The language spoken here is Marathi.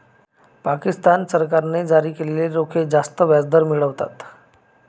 पाकिस्तान सरकारने जारी केलेले रोखे जास्त व्याजदर मिळवतात